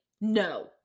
No